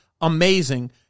amazing